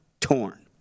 torn